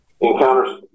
Encounters